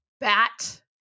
bat